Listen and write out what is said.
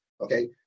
okay